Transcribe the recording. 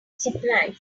surprise